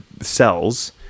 cells